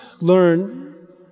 learn